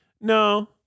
no